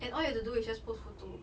and all you have to do is just post photo